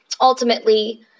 ultimately